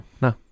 no